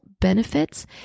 benefits